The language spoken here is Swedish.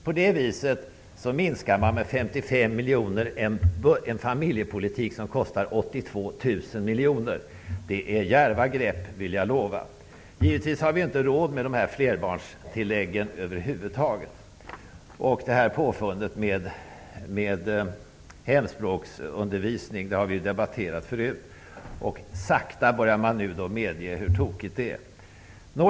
På det viset minskar man med 55 miljoner kostnaden för en familjepolitik som kostar 82 000 miljoner. Det är djärva grepp, vill jag lova! Givetvis har vi inte råd med flerbarnstillägg över huvud taget. Påfundet med hemspråksundervisning har vi debatterat förut, och sakta börjar man medge hur tokigt det är.